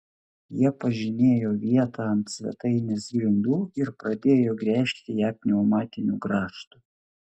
jie pažymėjo vietą ant svetainės grindų ir pradėjo gręžti ją pneumatiniu grąžtu